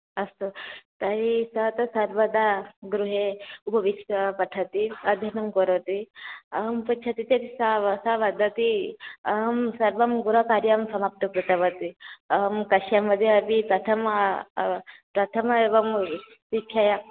अस्तु तर्हि स तु सर्वदा गृहे उपविश्य पठति अध्ययनं करोति अहं पृच्छति चेत् सा स वदति अहं सर्वं गृहकार्यं समाप्तिं कृतवति अहं कक्षा मध्ये अपि प्रथमा प्रथम एवं स्वेन